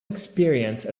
experience